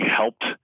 helped